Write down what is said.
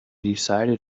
decided